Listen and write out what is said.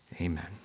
amen